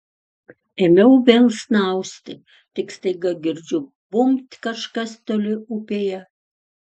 ėmiau vėl snausti tik staiga girdžiu bumbt kažkas toli upėje